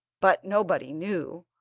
but nobody knew.